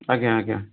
ଆଜ୍ଞା ଆଜ୍ଞା